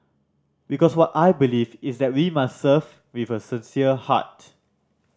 because what I believe is that we must serve with a sincere heart